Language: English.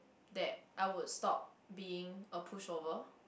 that I would stop being a pushover